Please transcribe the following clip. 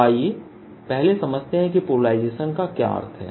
तो आइए पहले समझते हैं कि पोलराइजेशन का क्या अर्थ है